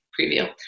preview